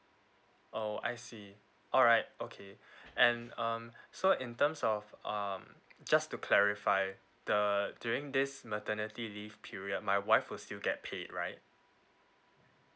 oh I see alright okay and um so in terms of um just to clarify the during this maternity leave period my wife will still get paid right